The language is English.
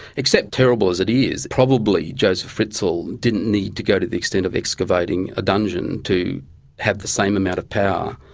except, terrible as it is, probably joseph fritzel didn't need to go to the extent of excavating a dungeon to have the same amount of power,